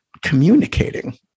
communicating